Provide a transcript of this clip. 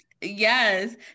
yes